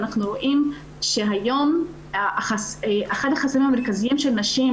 ואנחנו רואים שהיום אחד החסמים המרכזיים של נשים